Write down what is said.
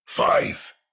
Five